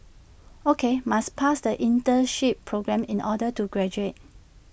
O K must pass the internship programme in order to graduate